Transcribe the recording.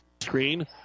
screen